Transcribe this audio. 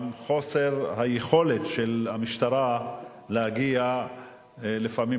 גם חוסר היכולת של המשטרה להגיע לפעמים